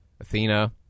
Athena